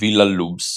וילה לובוס,